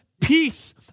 peace